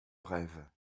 rêve